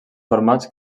formats